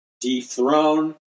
dethrone